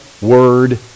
Word